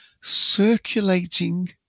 circulating